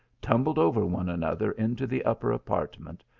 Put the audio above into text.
tumbled over one another into the upper apart ment,